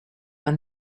when